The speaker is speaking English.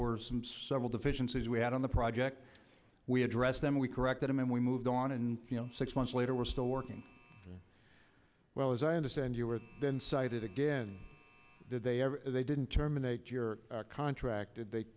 were some several deficiencies we had on the project we addressed them we corrected him and we moved on in six months later we're still working well as i understand you were then cited again did they ever they didn't terminate your contracted they